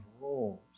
roles